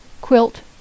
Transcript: quilt